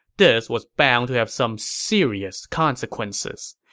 this was bound to have some serious consequences.